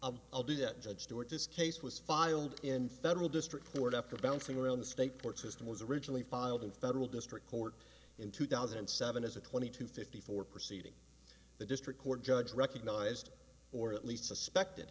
pieces i'll do that judge stuart this case was filed in federal district court after bouncing around the state court system was originally filed in federal district court in two thousand and seven as a twenty two fifty four proceeding the district court judge recognized or at least suspected